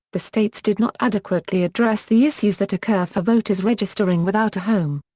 the states did not adequately address the issues that occur for voters registering without a home.